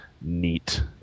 neat